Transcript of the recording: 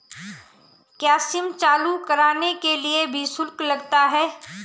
क्या सिम चालू कराने के लिए भी शुल्क लगता है?